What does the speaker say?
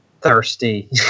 thirsty